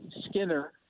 Skinner